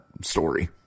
story